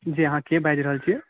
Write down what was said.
जी अहाँ के बाजि रहल छिऐ